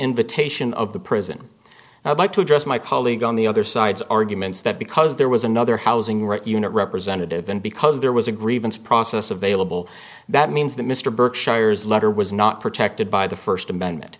invitation of the prison now i'd like to address my colleague on the other side's arguments that because there was another housing write unit representative and because there was a grievance process available that means that mr berkshire's letter was not protected by the first amendment